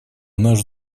наш